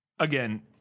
Again